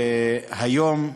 והיום,